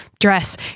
dress